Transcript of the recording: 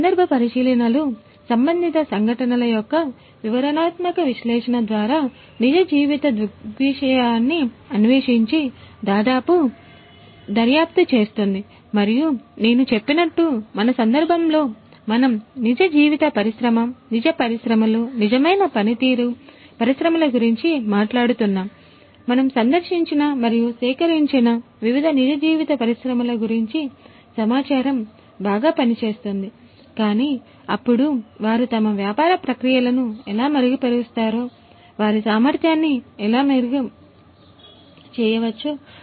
సందర్భ పరిశీలనలు అన్వేషించి దర్యాప్తు చేస్తుంది మరియు నేను చెప్పినట్టు మన సందర్భంలో మనము నిజ జీవిత పరిశ్రమ నిజ పరిశ్రమలు నిజమైన పనితీరు పరిశ్రమల గురించి మాట్లాడుతున్నాము మనము సందర్శించిన మరియు సేకరించిన వివిధ నిజ జీవిత పరిశ్రమల గురించి సమాచారం బాగా పనిచేస్తోంది కాని అప్పుడు వారు తమ వ్యాపార ప్రక్రియలను ఎలా మెరుగుపరుస్తారు వారి సామర్థ్యాన్ని ఎలా మెరుగుపరుస్తారు పరిశ్రమ 4